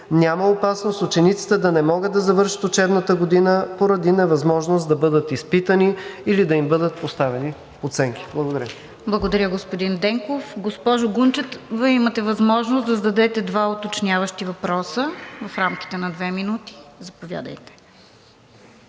няма опасност учениците да не могат да завършат учебната година поради невъзможност да бъдат изпитани или да им бъдат поставени оценки. Благодаря. ПРЕДСЕДАТЕЛ РОСИЦА КИРОВА: Благодаря, господин Денков. Госпожо Гунчева, имате възможност да зададете два уточняващи въпроса в рамките на две минути. Заповядайте.